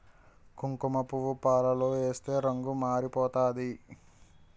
కుంకుమపువ్వు పాలలో ఏస్తే రంగు మారిపోతాది